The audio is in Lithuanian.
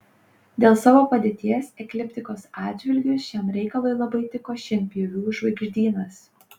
dėl savo padėties ekliptikos atžvilgiu šiam reikalui labai tiko šienpjovių žvaigždynas